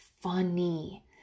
funny